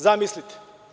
Zamislite.